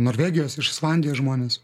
norvegijos iš islandijos žmonės